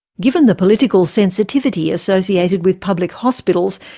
given the political sensitivity associated with public hospitals,